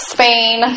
Spain